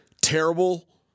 terrible